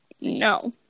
No